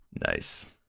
Nice